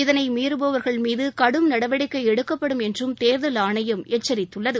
இதனை மீறுபவர்கள் மீது கடும் நடவடிக்கை எடுக்கப்படும் என்றும் தேர்தல் ஆணையம் எச்சரித்துள்ளது